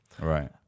Right